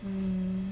um